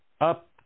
up